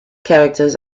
characters